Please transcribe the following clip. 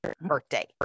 birthday